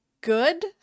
good